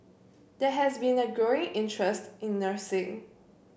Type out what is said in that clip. there has been a growing interest in nursing